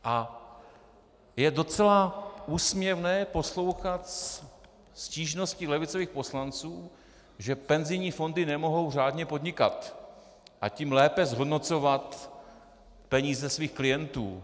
A je docela úsměvné poslouchat stížnosti levicových poslanců, že penzijní fondy nemohou řádně podnikat, a tím lépe zhodnocovat peníze svých klientů.